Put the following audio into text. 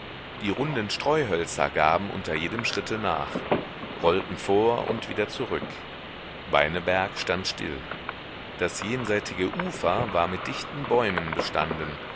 die runden streuhölzer gaben unter jedem schritte nach rollten vor und wieder zurück beineberg stand still das jenseitige ufer war mit dichten bäumen bestanden